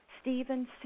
Stephen